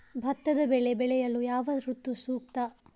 ಭತ್ತದ ಬೆಳೆ ಬೆಳೆಯಲು ಯಾವ ಋತು ಸೂಕ್ತ?